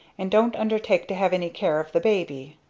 and don't undertake to have any care of the baby.